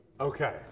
Okay